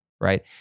right